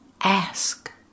Ask